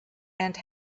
and